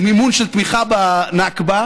מימון של תמיכה בנכבה,